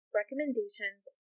recommendations